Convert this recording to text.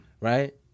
right